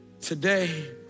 Today